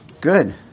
Good